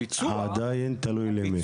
הביצוע עדיין תלוי למי.